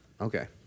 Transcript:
Okay